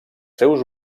seus